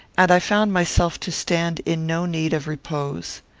and i found myself to stand in no need of repose.